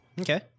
Okay